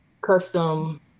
custom